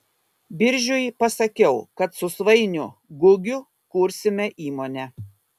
biržiui pasakiau kad su svainiu gugiu kursime įmonę